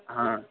ہاں